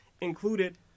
included